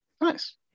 Nice